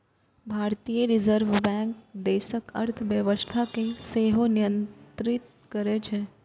भारतीय reserve bank देशक अर्थव्यवस्था कें सेहो नियंत्रित करै छै